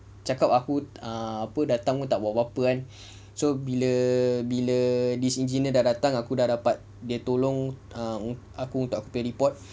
cakap aku aku datang pun tak buat apa-apa kan so bila bila this engineer dah datang aku dah dapat dia tolong uh aku punya report